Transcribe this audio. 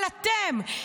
אבל אתם,